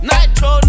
Nitro